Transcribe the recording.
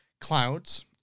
Clouds